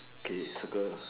okay circle